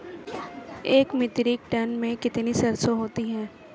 एक metric tonne में कितनी सरसों होती है?